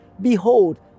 behold